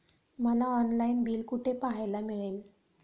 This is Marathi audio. मला ऑनलाइन बिल कुठे पाहायला मिळेल?